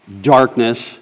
darkness